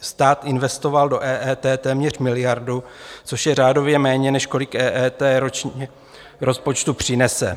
Stát investoval do EET téměř miliardu, což je řádově méně, než kolik EET ročně rozpočtu přinese.